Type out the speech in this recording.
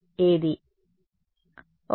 విద్యార్థి ఒక voltage source